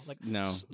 no